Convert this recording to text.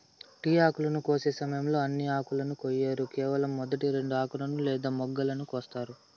tea ఆకును కోసే సమయంలో అన్ని ఆకులను కొయ్యరు కేవలం మొదటి రెండు ఆకులను లేదా మొగ్గలను కోస్తారు